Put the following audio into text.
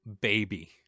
baby